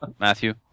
Matthew